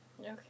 Okay